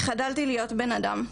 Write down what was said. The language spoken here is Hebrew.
חדלתי להיות בן אדם.